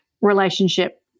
relationship